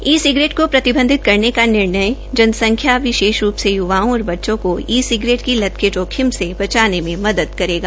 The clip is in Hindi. ई सिगरेट को प्रतिबधित करने का निर्णय जनसंख्या विशेष रूप में युवाओं और बच्चों को ई सिगरेट की लत के जोखिम से बचाने में मदद करेगा